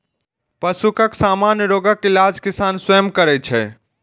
पशुक सामान्य रोगक इलाज किसान स्वयं करै छै